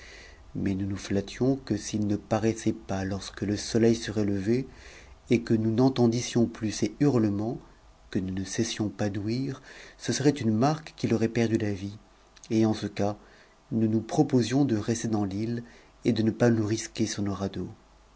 mais nous nous flattions que s'il ne paraissait pas lorsque le soleil serait levé et que nous n'entendissions plus ses hurlements que nous ne cessions pas d'ouïr ce serait une marque qu i aurait perdu la vie et en ce cas nous nous proposions de rester dans t i c et de ne pas nous risquer sur nos radeaux